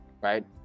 right